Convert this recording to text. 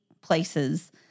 places